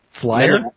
flyer